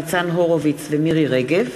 ניצן הורוביץ ומירי רגב,